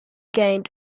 gained